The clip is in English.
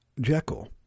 Jekyll